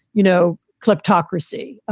you know, kleptocracy.